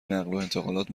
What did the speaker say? نقلوانتقالات